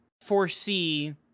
foresee